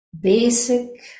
basic